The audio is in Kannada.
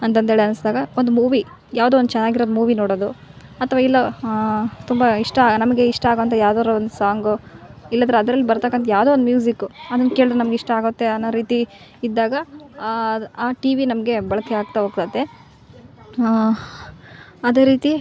ಅಂತಂದೇಳಿ ಅನ್ನಿಸ್ದಾಗ ಒಂದು ಮೂವಿ ಯಾವುದೋ ಒಂದು ಚೆನ್ನಾಗಿರೋದ್ ಮೂವಿ ನೋಡೋದು ಅಥ್ವ ಇಲ್ಲ ತುಂಬ ಇಷ್ಟ ನಮಗೆ ಇಷ್ಟ ಆಗೋಂಥ ಯಾವುದಾದ್ರು ಒಂದು ಸಾಂಗ್ ಇಲ್ಲದ್ರೆ ಅದ್ರಲ್ಲಿ ಬರ್ತಕಂಥ ಯಾವುದೋ ಒಂದು ಮ್ಯೂಸಿಕ್ ಅದನ್ನು ಕೇಳಿದರೆ ನಮ್ಗೆ ಇಷ್ಟ ಆಗುತ್ತೆ ಅನ್ನೋ ರೀತಿ ಇದ್ದಾಗ ಟಿವಿ ನಮಗೆ ಬಳಕೆ ಆಗ್ತಾ ಹೋಗ್ತದೆ ಅದೇ ರೀತಿ